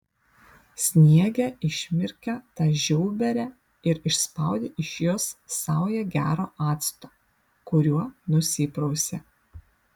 sniege išmirkė tą žiauberę ir išspaudė iš jos saują gero acto kuriuo nusiprausė